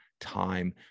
time